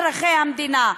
אזרחי המדינה.